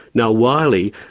now, wiley,